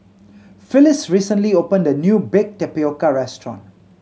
Phyliss recently opened a new baked tapioca restaurant